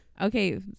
okay